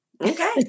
okay